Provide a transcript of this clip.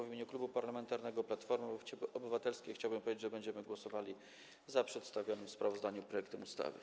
W imieniu Klubu Parlamentarnego Platforma Obywatelska chciałbym powiedzieć, że będziemy głosowali za przedstawionym w sprawozdaniu projektem ustawy.